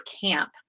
camp